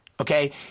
Okay